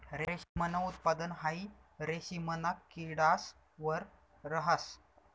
रेशमनं उत्पादन हाई रेशिमना किडास वर रहास